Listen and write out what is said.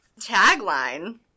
Tagline